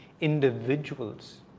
individuals